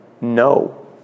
No